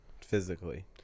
physically